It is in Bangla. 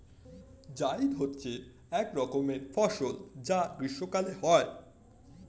জায়িদ হচ্ছে এক রকমের ফসল যা গ্রীষ্মকালে হয়